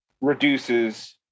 reduces